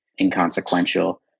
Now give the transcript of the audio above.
inconsequential